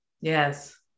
Yes